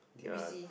ya